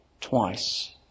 twice